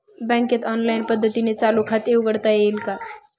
बँकेत ऑनलाईन पद्धतीने चालू खाते उघडता येईल का?